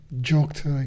joked